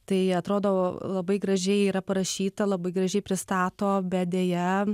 tai atrodo labai gražiai yra parašyta labai gražiai pristato bet deja